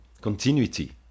continuity